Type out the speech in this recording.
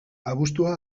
abuztua